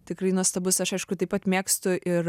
tikrai nuostabus aš aišku taip pat mėgstu ir